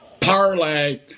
Parlay